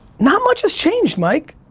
not much has changed mike.